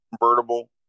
convertible